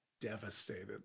devastated